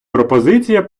пропозиція